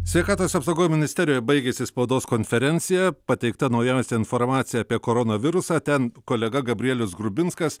sveikatos apsaugoj ministerijoj baigėsi spaudos konferencija pateikta naujausia informacija apie koronavirusą ten kolega gabrielius grubinskas